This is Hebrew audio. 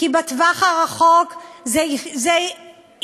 כי בטווח הארוך זה יתפרץ,